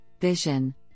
vision